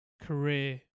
career